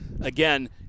again